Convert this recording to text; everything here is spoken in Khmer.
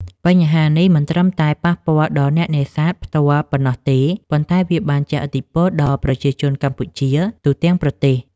បញ្ហានេះមិនត្រឹមតែប៉ះពាល់ដល់អ្នកនេសាទផ្ទាល់ប៉ុណ្ណោះទេ ប៉ុន្តែវាបានជះឥទ្ធិពលដល់ប្រជាជនកម្ពុជាទូទាំងប្រទេស។